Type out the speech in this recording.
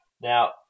Now